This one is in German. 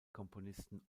komponisten